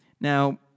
Now